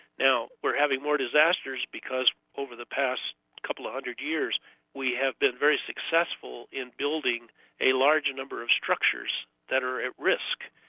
now we're having more disasters because over the past couple of hundred years we have been very successful in building a large number of structures that are at risk.